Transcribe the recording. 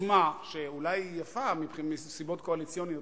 עוצמה שאולי היא יפה מסיבות קואליציוניות,